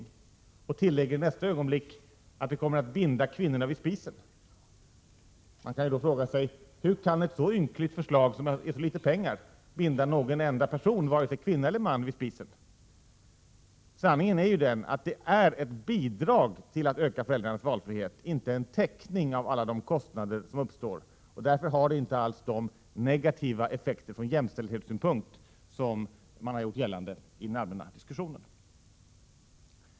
I nästa ögonblick tillägger man att förslaget skulle komma att binda kvinnorna vid spisen. Hur kan ett förslag som ger så ynkligt litet pengar binda någon enda person, vare sig kvinna eller man, vid spisen? Sanningen är att förslaget utgör ett bidrag till att öka föräldrarnas valfrihet och inte en täckning av alla de kostnader som uppstår. Därför har det inte heller de negativa effekter från jämställdhetssynpunkt som man har gjort gällande i den allmänna debatten.